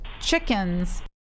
chickens